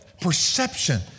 Perception